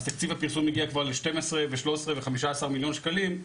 תקציב הפרסום הגיע כבר לשנים עשר ושלושה עשר מיליון שקלים,